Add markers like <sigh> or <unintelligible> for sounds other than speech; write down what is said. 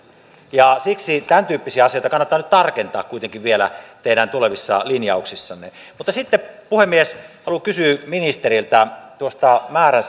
ja siksi tämäntyyppisiä asioita kannattaa nyt tarkentaa kuitenkin vielä teidän tulevissa linjauksissanne mutta sitten puhemies haluan kysyä ministeriltä noista määrän <unintelligible>